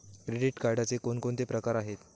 Credit कार्डचे कोणकोणते प्रकार आहेत?